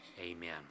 amen